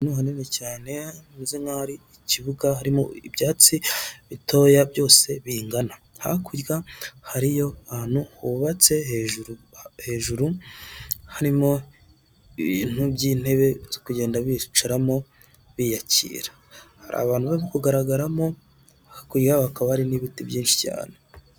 Ahantu hanini cyane hameze nk'ahari ikibuga harimo ibyatsi bitoya byose bingana, hakurya hariyo ahantu hubatse hejuru harimo ibintu by'intebe zo kugenda bicaramo biyakira hari abantu bari kugaragaramo, hakurya hakaba hari n'ibiti byinshi cyane.